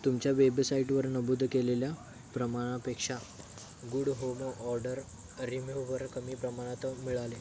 तुमच्या वेबसाईटवर नमूद केलेल्या प्रमाणापेक्षा गुड होमो ऑर्डर रिम्यूवर कमी प्रमाणात मिळाले